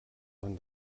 man